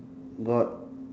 got